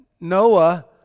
Noah